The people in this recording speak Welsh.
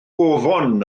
ofn